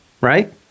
right